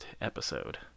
episode